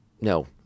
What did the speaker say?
No